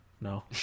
No